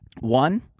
One